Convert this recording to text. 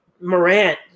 Morant